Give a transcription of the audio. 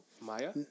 Maya